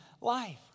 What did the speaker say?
life